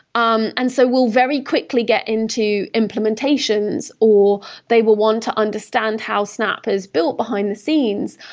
um and so we'll very quickly get into implementations or they will want to understand how snap is built behind the scenes.